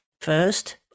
first